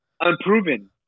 unproven